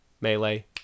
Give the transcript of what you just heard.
melee